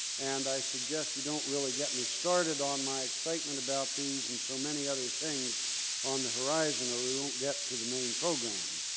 and i suggest you don't really get me started on my excitement about these and so many other things on the horizon, or we won't get to the main program.